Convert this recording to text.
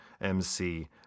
MC